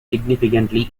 significantly